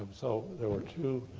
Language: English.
so, there were two